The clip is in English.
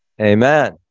Amen